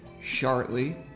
shortly